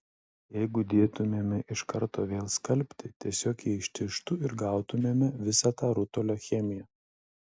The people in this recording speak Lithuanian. jeigu dėtumėme iš karto vėl skalbti tiesiog jie ištižtų ir gautumėme visa tą rutulio chemiją